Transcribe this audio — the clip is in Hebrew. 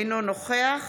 אינו נוכח